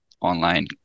online